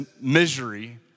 misery